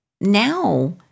now